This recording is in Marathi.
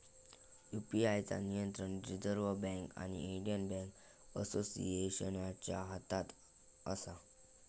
यू.पी.आय चा नियंत्रण रिजर्व बॅन्क आणि इंडियन बॅन्क असोसिएशनच्या हातात असा